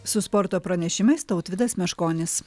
su sporto pranešimais tautvydas meškonis